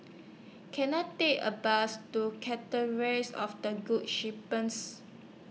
Can I Take A Bus to Catherine's of The Good Shepherds